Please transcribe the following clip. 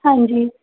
ਹਾਂਜੀ